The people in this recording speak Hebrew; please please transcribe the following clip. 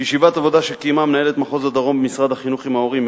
בישיבת עבודה שקיימה מנהלת מחוז הדרום במשרד החינוך עם ההורים,